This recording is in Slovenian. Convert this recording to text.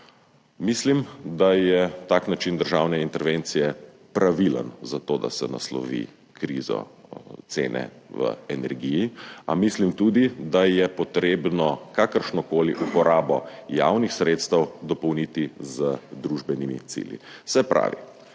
Mislim, da je tak način državne intervencije pravilen za to, da se naslovi krizo cene v energiji, a mislim tudi, da je potrebno kakršnokoli uporabo javnih sredstev dopolniti z družbenimi cilji. Se pravi,